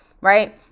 right